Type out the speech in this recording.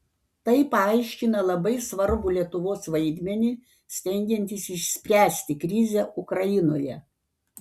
tai paaiškina labai svarbų lietuvos vaidmenį stengiantis išspręsti krizę ukrainoje